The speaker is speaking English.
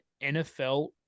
NFL